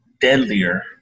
deadlier